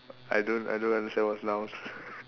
I don't I don't understand what's nouns